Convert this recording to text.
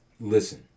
Listen